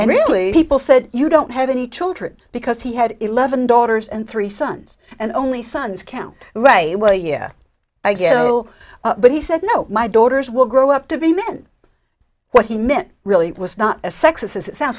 and really people said you don't have any children because he had eleven daughters and three sons and only sons count right well yeah i guess so but he said no my daughters will grow up to be men what he meant really was not as sexist as it sounds